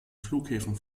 flughäfen